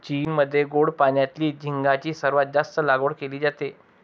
चीनमध्ये गोड पाण्यातील झिगाची सर्वात जास्त लागवड केली जाते